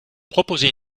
proposez